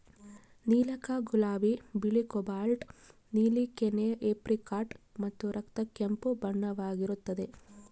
ನೀಲಕ ಗುಲಾಬಿ ಬಿಳಿ ಕೋಬಾಲ್ಟ್ ನೀಲಿ ಕೆನೆ ಏಪ್ರಿಕಾಟ್ ಮತ್ತು ರಕ್ತ ಕೆಂಪು ಬಣ್ಣವಾಗಿರುತ್ತದೆ